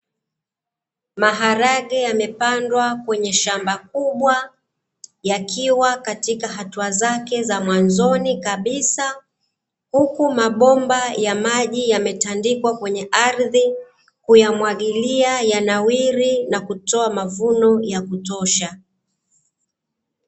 Maharage yamepandwa kwenye shamba kubwa, yakiwa katika hatua zake za mwanzoni kabisa, huku mabomba ya maji yametandikwa kwenye ardhi kuyamwagilia, yanawiri na kutoa mavuno ya kutosha.